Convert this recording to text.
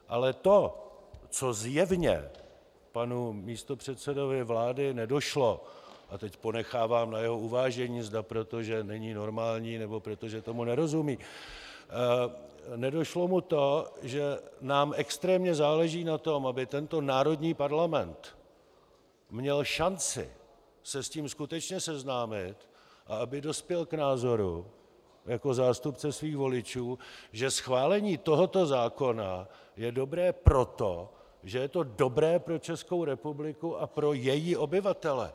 Ale to, co zjevně panu místopředsedovi vlády nedošlo, a teď ponechávám na jeho uvážení, zda proto, že není normální, nebo proto, že tomu nerozumí nedošlo mu to, že nám extrémně záleží na tom, aby tento národní parlament měl šanci se s tím skutečně seznámit a aby dospěl k názoru jako zástupce svých voličů, že schválení tohoto zákona je dobré proto, že je to dobré pro Českou republiku a pro její obyvatele.